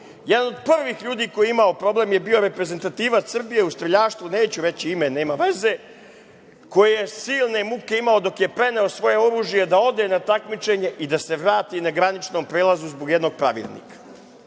od prvih ljudi koji je imao problem bio je reprezentativac Srbije u streljaštvu, neću reći ime, nema veze, koji je silne muke imao dok je preneo svoje oružje da ode na takmičenje i da se vrati na graničnom prelazu zbog jednog pravilnika